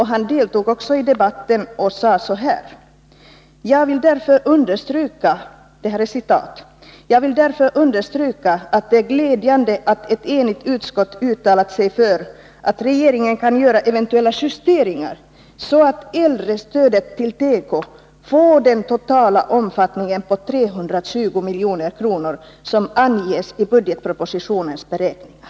Han deltog också i debatten och sade så här: ”Jag vill därför understryka att det är glädjande att ett enigt utskott uttalat sig för att regeringen kan göra eventuella justeringar så att äldrestödet till teko får den totala omfattning på 320 milj.kr. som anges i budgetpropositionens beräkningar.”